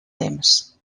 temps